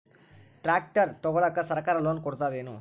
Tractor ತಗೊಳಿಕ ಸರ್ಕಾರ loan ಕೊಡತದೇನು?